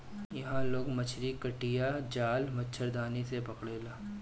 इहां लोग मछरी कटिया, जाल, मछरदानी से पकड़ेला